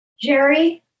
Jerry